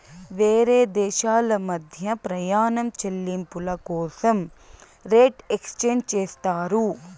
వేరే దేశాల మధ్య ప్రయాణం చెల్లింపుల కోసం రేట్ ఎక్స్చేంజ్ చేస్తారు